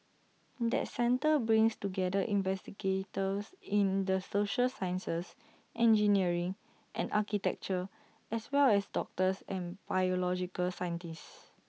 that centre brings together investigators in the social sciences engineering and architecture as well as doctors and biological scientists